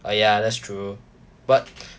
uh ya that's true but